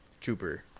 trooper